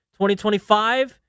2025